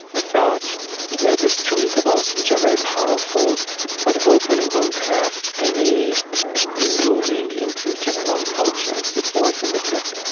thought that there's two intervals, which are very powerful but open and don't have any zooming into just one culture, and it's the fourth and the fifth